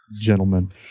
Gentlemen